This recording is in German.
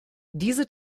diese